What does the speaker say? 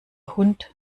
hund